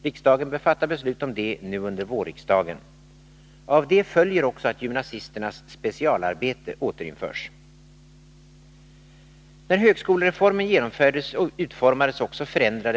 Riksdagen bör fatta beslut om detta nu under vårriksdagen. Av detta följer också att gymnasisternas specialarbete återinförs.